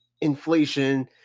inflation